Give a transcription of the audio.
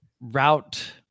route